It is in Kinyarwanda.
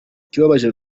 ikibabaje